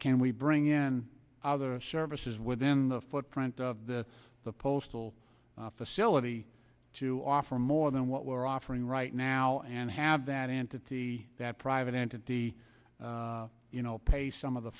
can we bring in other services within the footprint of the the postal facility to offer more than what we're offering right now and have that entity that private entity you know pay some of the